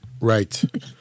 Right